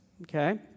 Okay